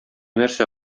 нәрсә